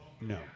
no